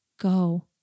Go